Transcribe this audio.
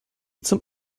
zum